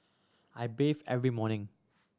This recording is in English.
I every morning